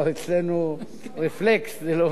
גברתי היושבת-ראש,